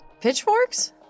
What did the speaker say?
Pitchforks